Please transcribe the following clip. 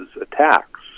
attacks